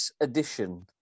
edition